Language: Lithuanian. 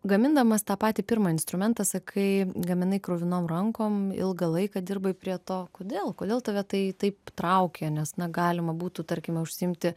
gamindamas tą patį pirmą instrumentą sakai gaminai kruvinom rankom ilgą laiką dirbai prie to kodėl kodėl tave tai taip traukė nes na galima būtų tarkime užsiimti